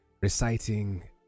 reciting